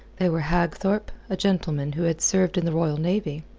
they were hagthorpe, a gentleman who had served in the royal navy,